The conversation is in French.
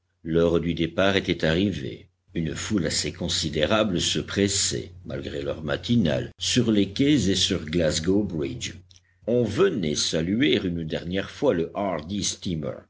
l'heure du départ était arrivée une foule assez considérable se pressait malgré l'heure matinale sur les quais et sur glasgow bridge on venait saluer une dernière fois le